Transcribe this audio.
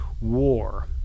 war